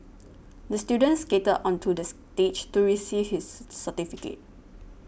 the student skated onto the stage to receive his certificate